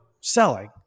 selling